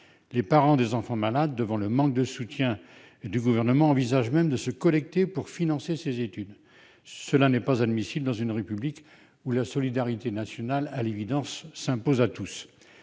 Les parents des enfants malades, devant le manque de soutien du Gouvernement, envisagent même de se cotiser pour financer ces études. Cela n'est pas admissible dans une République où la solidarité nationale s'impose à tous.